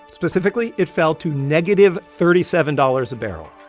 specifically, it fell to negative thirty seven dollars a barrel.